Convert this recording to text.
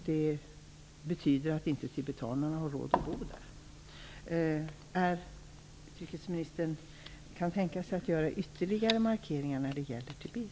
Det betyder att tibetanerna inte har råd att bo där. Kan utrikesministern tänka sig att göra ytterligare markeringar när det gäller Tibet?